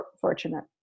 fortunate